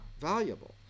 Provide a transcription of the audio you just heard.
valuable